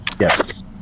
Yes